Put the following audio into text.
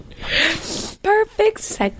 Perfect